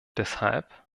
deshalb